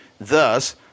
Thus